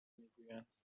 میگویند